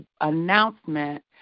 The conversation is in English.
announcement